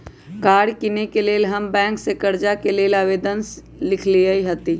कार किनेके लेल हम बैंक से कर्जा के लेल आवेदन लिखलेए हती